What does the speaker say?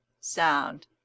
sound